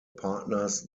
partners